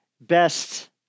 best